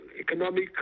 economic